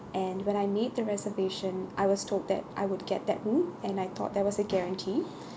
and when I made the reservation I was told that I would get that room and I thought there was a guarantee